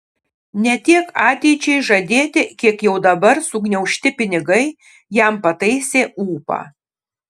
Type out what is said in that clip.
ne tiek ateičiai žadėti kiek jau dabar sugniaužti pinigai jam pataisė ūpą